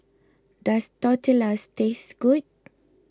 does Tortillas taste good